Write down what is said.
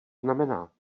znamená